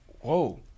Whoa